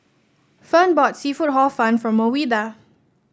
Fern bought seafood Hor Fun for Ouida